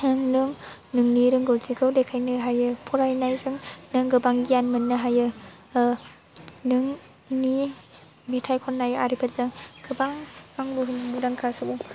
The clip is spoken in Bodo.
नों नोंनि रोंगौथिखौ देखायनो हायो फरायनायजों नों गोबां गियान मोन्नो हायो नोंनि मेथाइ खन्नाय आरिफोरजों गोबां बुहुमनि मुंदांखा सुबुं